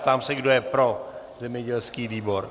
Ptám se, kdo je pro zemědělský výbor.